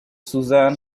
susan